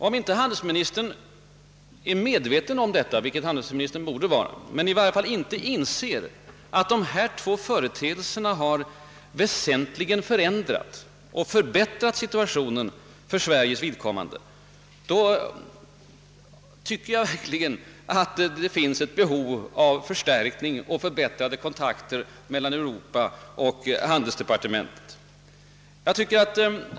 Om inte handelsministern är medveten härom — vilket handelsministern borde vara — eller i varje fall inte inser att dessa två företeelser väsentligen har förändrat och förbättrat situationen för Sveriges vidkommande, då tycker jag verkligen att det finns ett behov av förstärkta och förbättrade kontakter mellan Europa och handelsdepartementet.